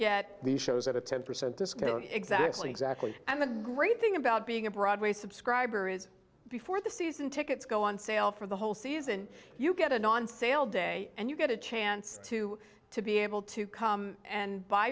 get the shows at a ten percent disco exactly exactly and the great thing about being a broadway subscriber is before the season tickets go on sale for the whole season you get an on sale day and you get a chance to to be able to come and buy